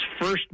first